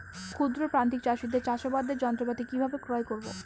ক্ষুদ্র প্রান্তিক চাষীদের চাষাবাদের যন্ত্রপাতি কিভাবে ক্রয় করব?